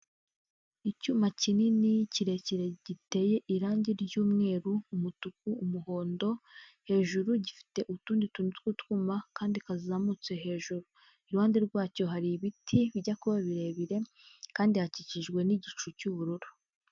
Icyuma kinini kirekire giteye irangi ry'umweru, umutuku, umuhondo hejuru gifite utundi tuntu tw'utwuma kandi kazamutse hejuru iruhande rwacyo hari ibiti bijya kuba birebire kandi hakikijwe n'igicu cy'ubururu.